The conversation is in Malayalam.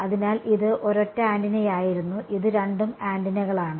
അതിനാൽ ഇത് ഒരൊറ്റ ആന്റിനയായിരുന്നു ഇത് രണ്ടും ആന്റിനകളാണ്